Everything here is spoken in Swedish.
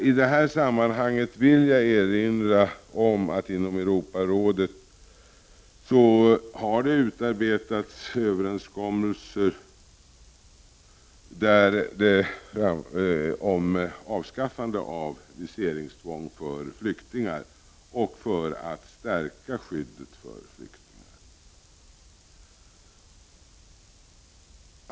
I detta sammanhang vill jag erinra om att det inom Europarådet har utar betats överenskommelser om avskaffande av viseringstvång för flyktingar för att förstärka skyddet för flyktingar.